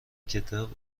کتاب